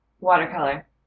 Watercolor